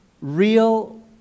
real